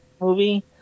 movie